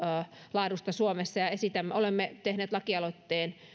laadusta suomessa ja olemme tehneet lakialoitteen